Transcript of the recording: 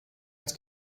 als